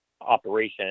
operation